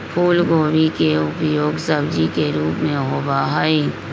फूलगोभी के उपयोग सब्जी के रूप में होबा हई